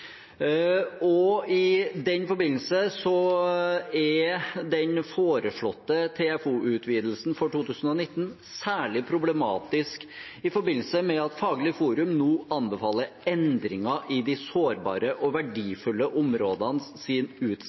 I den forbindelse er den foreslåtte TFO-utvidelsen for 2019 særlig problematisk i forbindelse med at Faglig forum nå anbefaler endringer i de sårbare og verdifulle